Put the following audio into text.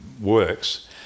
works